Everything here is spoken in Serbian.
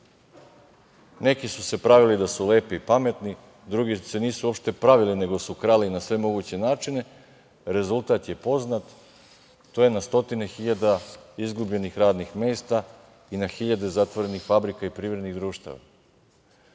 su se pravili da su lepi i pametni, drugi se nisu uopšte pravili nego su krali na sve moguće načine, rezultat je poznat, to je na stotine hiljada izgubljenih radnih mesta i na hiljade zatvorenih fabrika i privrednih društava. Šta